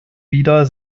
wieder